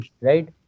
right